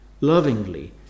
lovingly